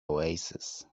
oasis